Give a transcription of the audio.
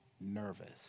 nervous